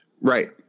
Right